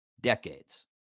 decades